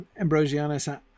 Ambrosianus